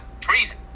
treason